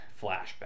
flashback